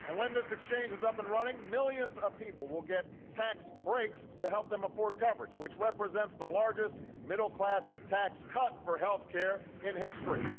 and when this exchange is up and running, millions of people will get tax breaks to help them afford coverage, which represents the largest middle-class tax cut for healthcare in history.